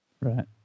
Right